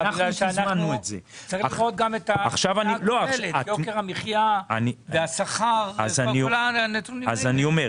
צריך לראות את התמונה הכוללת: יוקר המחייה והשכר כל הנתונים האלה.